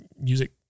music